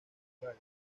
praga